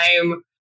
time